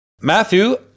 matthew